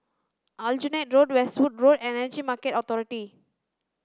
Aljunied Road Westwood Road and Energy Market Authority